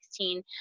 2016